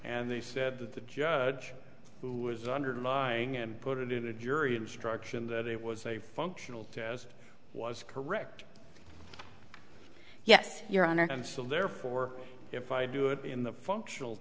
and they said that the judge who was undermining and put it in a jury instruction that it was a functional test was correct yes your honor and so therefore if i do it in the functional